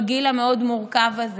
בגיל המאוד-מורכב הזה.